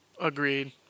Agreed